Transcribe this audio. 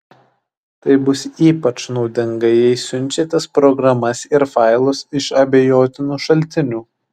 tai bus ypač naudinga jei siunčiatės programas ir failus iš abejotinų šaltinių